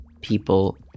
people